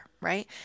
right